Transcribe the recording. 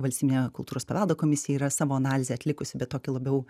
valstybinė kultūros paveldo komisija yra savo analizę atlikusi bet tokią labiau